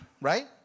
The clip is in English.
right